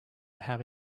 have